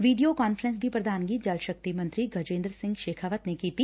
video conference ਦੀ ਪ੍ਰਧਾਨਗੀ ਜਲ ਸ਼ਕਤੀ ਮੰਤਰੀ ਗਜੇਂਦਰ ਸਿੰਘ ਸੇਖ਼ਾਵਤ ਨੇ ਕੀਤੀ